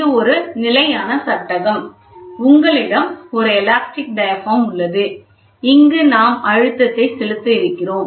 இது ஒரு நிலையான சட்டகம் உங்களிடம் ஒரு எலாஸ்டிக் டயாபிராம் உள்ளது இங்கே நாம் அழுத்தத்தை செலுத்த இருக்கிறோம்